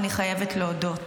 אני חייבת להודות.